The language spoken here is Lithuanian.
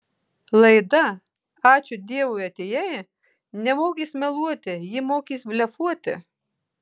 laida ačiū dievui atėjai nemokys meluoti ji mokys blefuoti